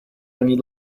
only